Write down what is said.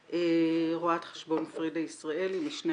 רואת חשבון פרידה ישראל, משנה